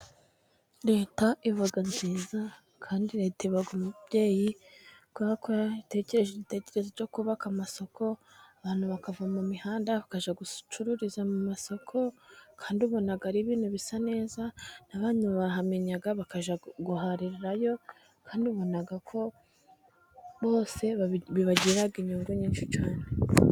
Leta iba nziza kandi Leta iba umubyeyi, kuko yatekereje igitekerezo cyo kubaka amasoko, abantu bakava mu mihanda bakajya gucururiza mu masoko. Kandi ubona ari ibintu bisa neza n'abantu barahamenya bakajya guharirayo, kandi ubona ko bose bibagirira inyungu nyinshi cyane.